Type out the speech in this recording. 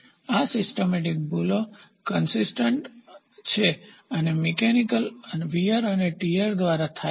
આ સિસ્ટમેટિકપ્રણાલીગત ભૂલો કન્સીસ્ટન્સસુસંગત છે અને મિકેનિકલયાંત્રિક વીયર અને ટીયર દ્વારા થાય છે